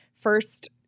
first